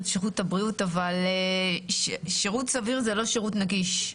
שירות הבריאות אבל שירות סביר הוא לא שירות נגיש.